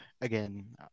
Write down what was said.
Again